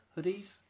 hoodies